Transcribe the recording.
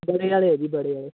ਬੜੇ ਵਾਲੇ ਹੈ ਜੀ ਬੜੇ ਵਾਲੇ